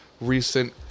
recent